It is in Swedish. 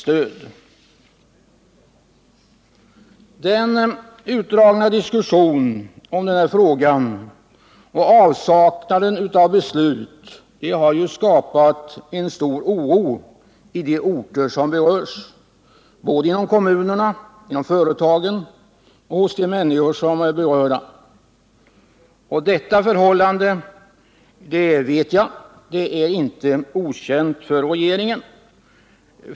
Om den svenska Den utdragna diskussionen i denna fråga och avsaknaden av beslut har flygindustrins framskapat stor oro i de orter som berörs, både inom kommunerna, företagen och tid bland de människor det gäller. Jag vet att detta förhållande inte är okänt för regeringen.